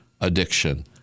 addiction